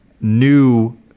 new